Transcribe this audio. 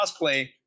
cosplay